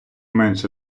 менше